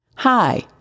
Hi